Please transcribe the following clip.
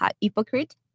Hypocrite